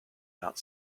not